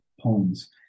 poems